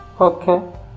okay